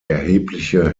erhebliche